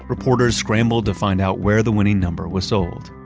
reporters scramble to find out where the winning number was sold.